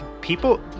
people